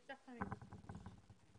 מה תפקידך בסוכנות היהודית?